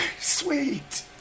Sweet